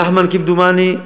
נחמן, כמדומני,